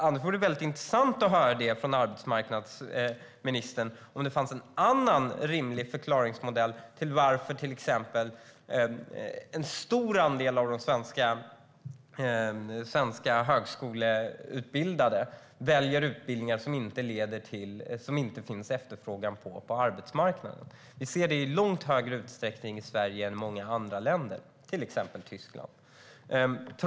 Men det vore intressant att höra från arbetsmarknadsministern om det finns någon annan rimlig förklaringsmodell till varför en stor andel av de svenska studenterna väljer utbildningar som inte efterfrågas på svensk arbetsmarknad. Vi ser detta i mycket större utsträckning i Sverige än i många andra länder, till exempel Tyskland.